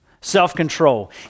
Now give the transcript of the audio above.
self-control